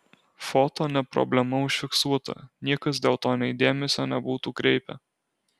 foto ne problema užfiksuota niekas dėl to nei dėmesio nebūtų kreipę